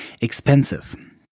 expensive